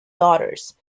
daughters